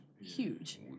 Huge